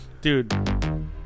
Dude